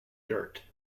dirt